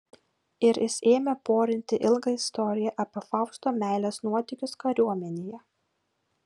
ir jis ėmė porinti ilgą istoriją apie fausto meilės nuotykius kariuomenėje